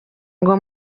ngo